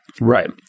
Right